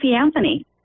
Anthony